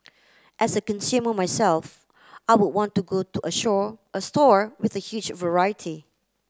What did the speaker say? as a consumer myself I would want to go to a shore a store with a huge variety